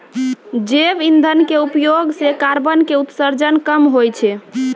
जैव इंधन के उपयोग सॅ कार्बन के उत्सर्जन कम होय छै